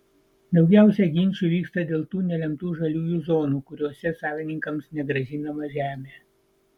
daugiausiai ginčų vyksta dėl tų nelemtų žaliųjų zonų kuriose savininkams negrąžinama žemė